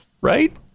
Right